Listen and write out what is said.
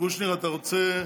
קושניר, אתה רוצה?